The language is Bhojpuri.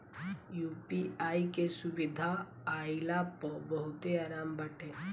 यू.पी.आई के सुविधा आईला पअ बहुते आराम बाटे